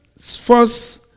first